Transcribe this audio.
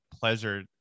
pleasure